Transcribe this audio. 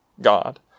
God